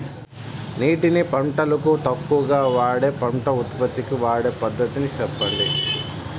నీటిని పంటలకు తక్కువగా వాడే పంట ఉత్పత్తికి వాడే పద్ధతిని సెప్పండి?